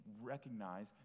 recognize